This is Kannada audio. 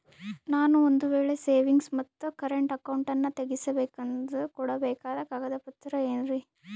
ನಾನು ಒಂದು ವೇಳೆ ಸೇವಿಂಗ್ಸ್ ಮತ್ತ ಕರೆಂಟ್ ಅಕೌಂಟನ್ನ ತೆಗಿಸಬೇಕಂದರ ಕೊಡಬೇಕಾದ ಕಾಗದ ಪತ್ರ ಏನ್ರಿ?